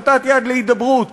הושטת יד להידברות,